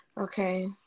Okay